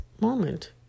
moment